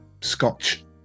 Scotch